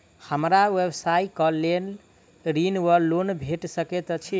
हमरा व्यवसाय कऽ लेल ऋण वा लोन भेट सकैत अछि?